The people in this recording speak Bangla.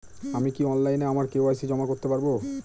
আমি কি অনলাইন আমার কে.ওয়াই.সি জমা করতে পারব?